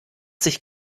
sich